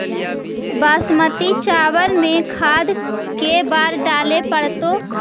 बासमती चावल में खाद के बार डाले पड़तै?